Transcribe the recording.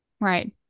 right